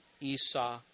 Esau